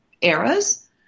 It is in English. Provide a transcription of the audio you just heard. eras